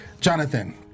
Jonathan